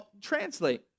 translate